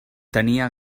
tenia